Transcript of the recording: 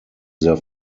their